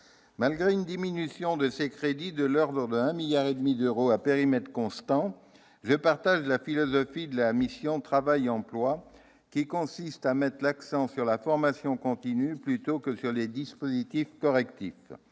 malgré une diminution de ses crédits de l'ordre de 1,5 milliard d'euros à périmètre constant, je partage la philosophie de la mission « Travail et emploi », qui consiste à mettre l'accent sur la formation continue plutôt que sur les dispositifs correctifs.